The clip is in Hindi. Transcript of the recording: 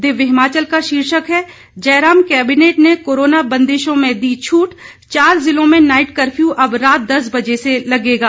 दिव्य हिमाचल का शीर्षक है जयराम कैबिनेट ने कोरोना बंदिशों में दी छूट चार जिलों में नाईट कर्फ्यू अब रात दस बजे से लगेगा